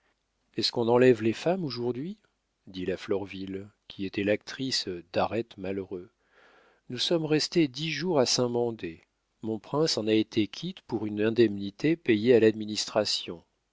est-ce qu'on enlève les femmes aujourd'hui dit la florville qui était l'actrice d'arrête malheureux nous sommes restés dix jours à saint-mandé mon prince en a été quitte pour une indemnité payée à l'administration